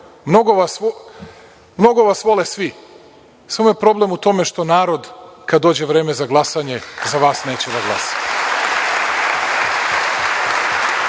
mnogo vas vole svi, samo je problem u tome što narod kada dođe vreme za glasanje, za vas neće da glasa.